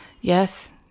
Yes